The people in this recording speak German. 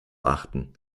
achten